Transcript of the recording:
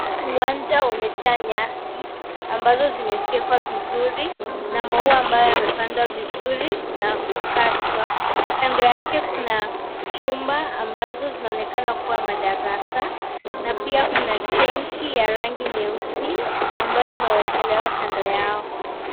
Uwanja umejaa nyasi ambazo zimefyekwa vizuri na maua ambayo imepandwa vizuri na katwa. Kando yake kuna chuma ambazo zinaonekana kuwa madarasa na pia kuna tenki ya rangi nyeusi ambayo imeekelewa Kando yao.